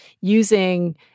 using